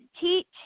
teach